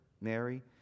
Mary